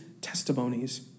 testimonies